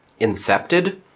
incepted